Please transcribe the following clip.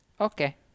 Okay